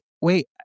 wait